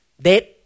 dead